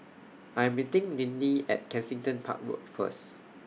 I'm meeting Ninnie At Kensington Park Road First